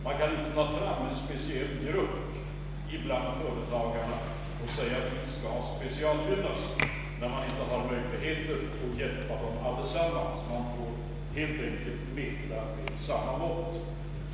Man kan inte ta fram en speciell grupp bland företagarna och säga, att den skall speciellt gynnas när man inte har möjligheter att hjälpa dem alla. Man får helt enkelt mäta med samma mått.